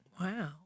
Wow